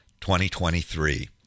2023